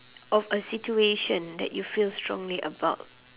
of a situation that you feel strongly about